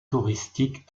touristiques